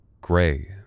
gray